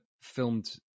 filmed